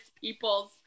people's